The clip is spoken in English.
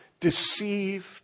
deceived